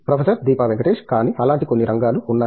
professor Deepa Venkatesh కానీ అలాంటి కొన్ని రంగాలు ఉన్నాయి